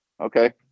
Okay